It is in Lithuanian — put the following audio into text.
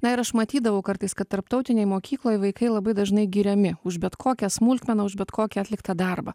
na ir aš matydavau kartais kad tarptautinėj mokykloj vaikai labai dažnai giriami už bet kokią smulkmeną už bet kokį atliktą darbą